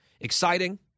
exciting